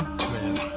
to it